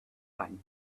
pine